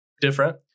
different